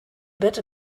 better